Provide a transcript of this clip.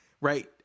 Right